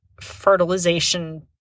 fertilization